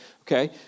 okay